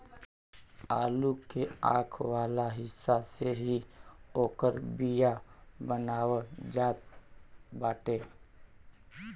आलू के आंख वाला हिस्सा से ही ओकर बिया बनावल जात बाटे